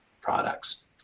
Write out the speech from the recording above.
products